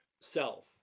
self